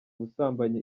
busambanyi